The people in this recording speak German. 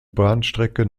bahnstrecke